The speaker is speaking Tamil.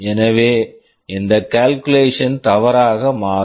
எனவே இந்த கால்குலேஷன் calculation தவறாக மாறும்